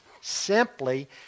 simply